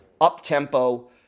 up-tempo